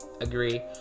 agree